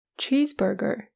Cheeseburger